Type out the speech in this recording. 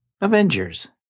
Avengers